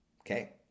Okay